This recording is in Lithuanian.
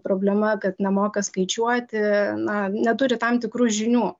problema kad nemoka skaičiuoti na neturi tam tikrų žinių